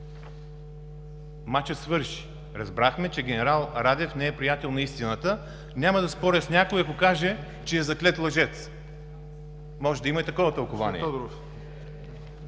Мачът свърши! Разбрахме, че генерал Радев не е приятел на истината. Няма да споря с някой, ако каже, че е заклет лъжец. Може да има и такова тълкование.